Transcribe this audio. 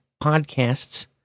podcasts